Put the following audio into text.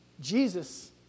Jesus